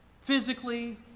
physically